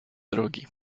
drogi